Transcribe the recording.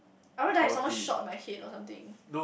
I want die someone shot by head or something